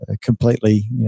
completely